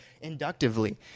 inductively